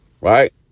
right